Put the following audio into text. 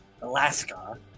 Alaska